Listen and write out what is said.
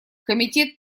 комитет